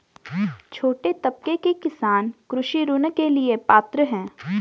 छोटे तबके के किसान कृषि ऋण के लिए पात्र हैं?